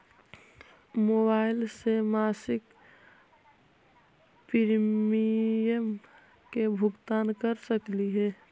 Mobile से मासिक premium के भुगतान कर सकली हे?